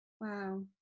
Wow